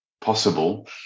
possible